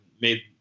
made